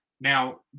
Now